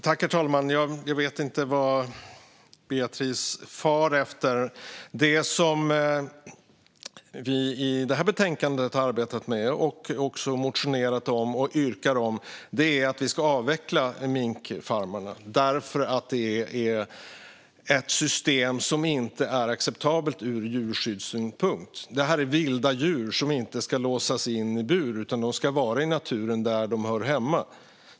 Herr talman! Jag vet inte vad Beatrice Timgren far efter. Det vi har arbetat med i detta betänkande - och det vi har motionerat om och yrkar på - är att vi ska avveckla minkfarmerna. Detta är nämligen ett system som inte är acceptabelt ur djurskyddssynpunkt. Det handlar om vilda djur som inte ska låsas in i bur utan vara i naturen, där de hör hemma.